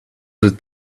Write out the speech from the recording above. that